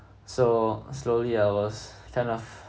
so slowly I was kind of